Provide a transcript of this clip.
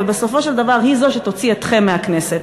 ובסופו של דבר היא זו שתוציא אתכם מהכנסת.